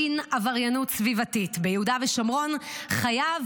דין עבריינות סביבתית ביהודה ושומרון חייב